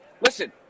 listen